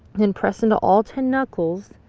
and press into all ten knuckles,